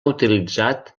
utilitzat